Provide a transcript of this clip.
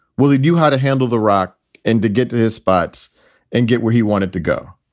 well, he knew how to handle the rock and to get to his spots and get where he wanted to go.